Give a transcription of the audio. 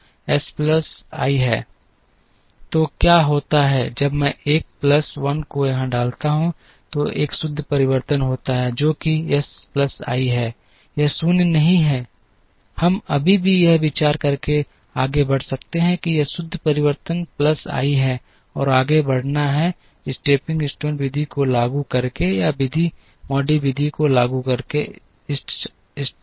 तो क्या होता है जब मैं एक प्लस 1 को यहां डालता हूं तो एक शुद्ध परिवर्तन होता है जो कि एस प्लस i है यह 0 नहीं है हम अभी भी यह विचार करके आगे बढ़ सकते हैं कि यहां शुद्ध परिवर्तन प्लस आई है और आगे बढ़ना है स्टेपिंग स्टोन विधि को लागू करके या MODI विधि को लागू करके इष्टतमता